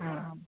हा